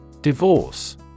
Divorce